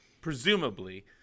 Presumably